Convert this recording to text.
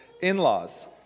in-laws